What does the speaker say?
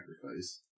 sacrifice